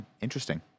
interesting